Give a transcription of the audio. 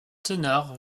teneur